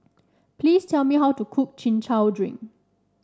please tell me how to cook Chin Chow Drink